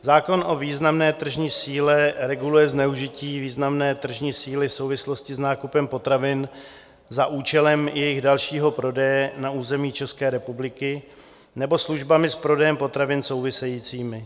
Zákon o významné tržní síle reguluje zneužití významné tržní síly v souvislosti s nákupem potravin za účelem jejich dalšího prodeje na území České republiky nebo službami s prodejem potravin souvisejícími.